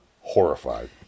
horrified